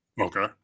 Okay